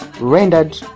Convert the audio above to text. rendered